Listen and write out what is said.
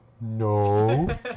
No